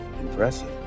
Impressive